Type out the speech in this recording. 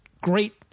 great